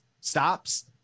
stops